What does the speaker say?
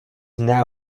now